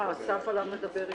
אה, אסף הלך לדבר עם